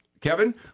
kevin